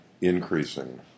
increasing